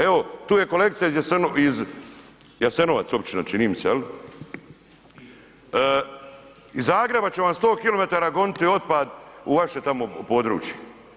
Evo, tu je kolegica iz Jasenovac općina, čini mi se, iz Zagreba će vam 100 km goniti otpad u vaše tamo područje.